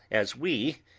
as we,